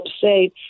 say